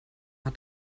hat